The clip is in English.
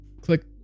click